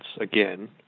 again